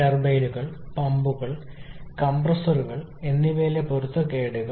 ടർബൈനുകൾ പമ്പുകൾ കംപ്രസ്സറുകൾ എന്നിവയിലെ പൊരുത്തക്കേടുകൾ